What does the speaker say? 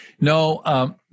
No